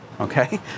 Okay